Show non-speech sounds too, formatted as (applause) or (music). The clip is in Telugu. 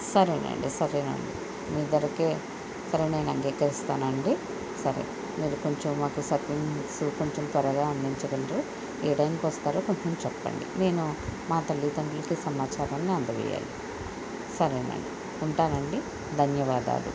సరేనండి సరేనండి మీ ధరకే సరే నేను అంగీకరిస్తానండి సరే మీరు కొంచెం (unintelligible) కొంచెం త్వరగా అందించగలరు ఏ టైంకి వస్తారో కొంచెం చెప్పండి నేను మా తల్లి తండ్రులకు సమాచారాన్ని అందచేయాలి సరే నండి ఉంటానండి ధన్యవాదాలు